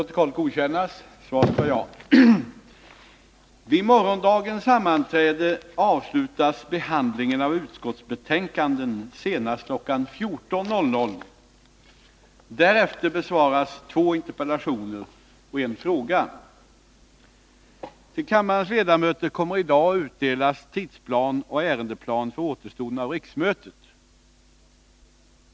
Till kammarens ledamöter kommer i dag att utdelas tidsplan och ärendeplan för återstoden av riksmötet.